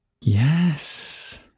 Yes